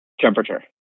temperature